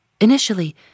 Initially